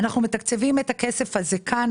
אנחנו מתקצבים את הכסף הזה כאן.